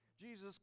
Jesus